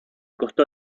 costó